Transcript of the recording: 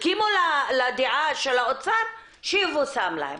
הסכימו לדעה של האוצר - שיבושם להם,